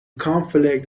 conflict